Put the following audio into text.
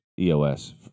EOS